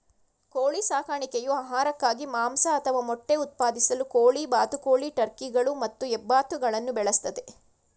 ಕೋಳಿ ಸಾಕಣೆಯು ಆಹಾರಕ್ಕಾಗಿ ಮಾಂಸ ಅಥವಾ ಮೊಟ್ಟೆ ಉತ್ಪಾದಿಸಲು ಕೋಳಿ ಬಾತುಕೋಳಿ ಟರ್ಕಿಗಳು ಮತ್ತು ಹೆಬ್ಬಾತುಗಳನ್ನು ಬೆಳೆಸ್ತದೆ